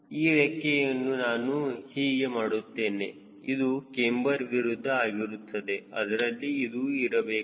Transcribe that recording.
ಈ ರೆಕ್ಕೆಯನ್ನು ನಾನು ಹೀಗೆ ಮಾಡುತ್ತೇನೆ ಇದು ಕ್ಯಾಮ್ಬರ್ ವಿರುದ್ಧ ಆಗಿರುತ್ತದೆ ಅದರಲ್ಲಿ ಇದು ಇರಬೇಕು